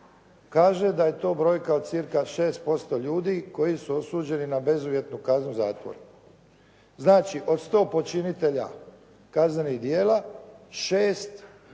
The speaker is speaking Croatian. Kaže da je to brojka od cca 6% ljudi koji su osuđeni na bezuvjetnu kaznu zatvora. Znači od 100 počinitelja kaznenih djela, 6